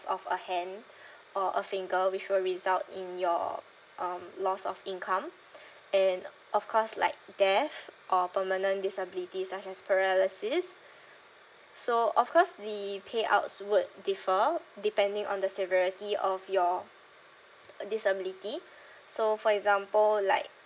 of a hand or a finger which will result in your um loss of income and of course like death or permanent disability such as paralysis so of course the payouts would differ depending on the severity of your disability so for example like